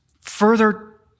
further